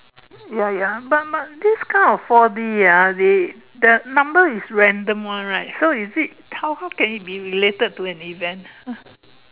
ya ya but but this kind of four D ah they the number is random [one] right so is it how how can it be related to an event